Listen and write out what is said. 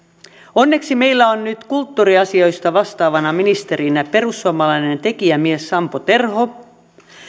onneksi meillä on nyt kulttuuriasioista vastaavana ministerinä perussuomalainen tekijämies sampo terho